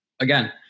Again